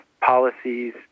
policies